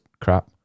crap